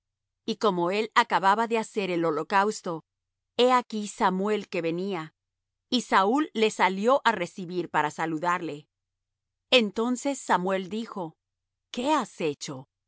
y como él acababa de hacer el holocausto he aquí samuel que venía y saúl le salió á recibir para saludarle entonces samuel dijo qué has hecho